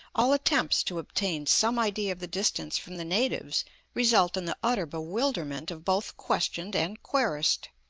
all attempts to obtain some idea of the distance from the natives result in the utter bewilderment of both questioned and querist.